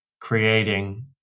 creating